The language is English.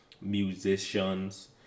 musicians